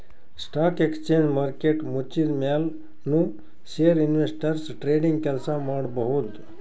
stock exchange market ಮುಚ್ಚಿದ್ಮ್ಯಾಲ್ ನು share investors trading ಕೆಲ್ಸ ಮಾಡಬಹುದ್